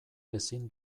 ezin